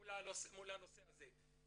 מול הנושא הזה.